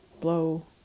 blow